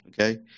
okay